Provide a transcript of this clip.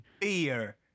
beer